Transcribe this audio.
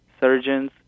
surgeons